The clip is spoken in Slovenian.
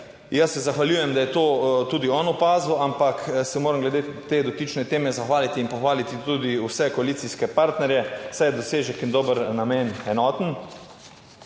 Jaz se zahvaljujem, da je to tudi on opazil, ampak se moram glede te dotične teme zahvaliti in pohvaliti tudi vse koalicijske partnerje, saj je dosežek in dober namen enoten.